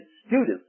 students